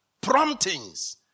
promptings